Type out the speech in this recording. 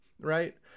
right